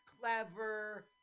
clever